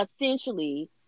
essentially